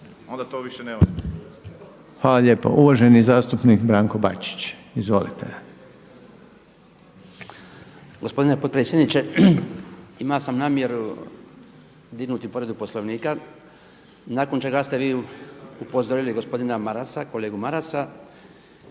Željko (HDZ)** Hvala lijepa. Uvaženi zastupnik Branko Bačić. Izvolite. **Bačić, Branko (HDZ)** Gospodine potpredsjedniče, imao sam namjeru dignuti povredu Poslovnika nakon čega ste vi upozorili gospodina Marasa, kolegu Marasa,